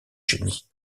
génie